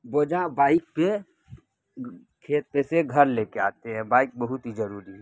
بوجھا bike پہ کھیت پہ سے گھر لے کے آتے ہیں بائک بہت ہی ضروری ہے